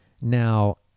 Now